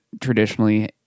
traditionally